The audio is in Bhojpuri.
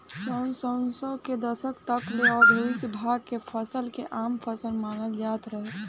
सन उनऽइस सौ के दशक तक ले औधोगिक भांग के फसल के आम फसल मानल जात रहे